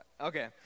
Okay